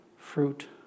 Fruit